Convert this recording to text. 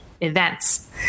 events